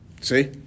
See